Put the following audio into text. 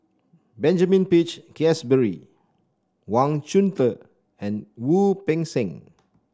Benjamin Peach Keasberry Wang Chunde and Wu Peng Seng